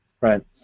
right